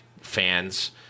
Fans